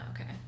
okay